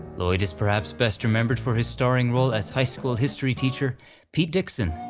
lloyd is perhaps best remembered for his starring role as high school history teacher pete dixon,